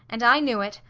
and i knew it,